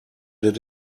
did